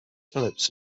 phipps